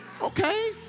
Okay